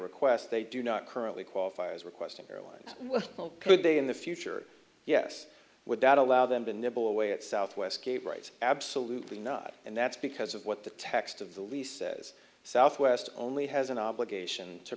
request they do not currently qualify as requesting airlines could they in the future yes would that allow them to nibble away at southwest gate writes absolutely not and that's because of what the text of the lease says southwest only has an obligation to